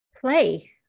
play